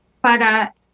para